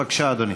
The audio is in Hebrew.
בבקשה, אדוני.